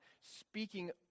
speaking